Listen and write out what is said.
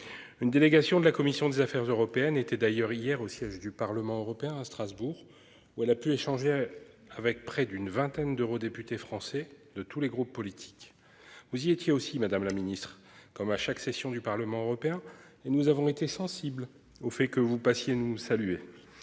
Une délégation de la commission des Affaires européennes était d'ailleurs hier au siège du Parlement européen à Strasbourg où elle a pu échanger avec près d'une vingtaine d'eurodéputés français de tous les groupes politiques. Vous y étiez aussi, madame la ministre, comme à chaque session du Parlement européen et nous avons été sensibles au fait que vous passiez nous saluer.